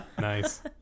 nice